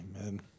Amen